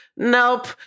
nope